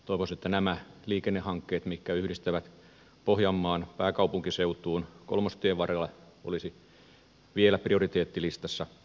toivoisin että nämä liikennehankkeet mitkä yhdistävät pohjanmaan pääkaupunkiseutuun kolmostien varrella olisivat vielä prioriteettilistassa